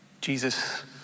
Jesus